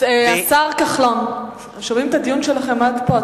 השר כחלון, שומעים את הדיון שלכם עד פה.